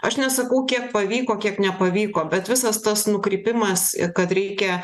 aš nesakau kiek pavyko kiek nepavyko bet visas tas nukrypimas kad reikia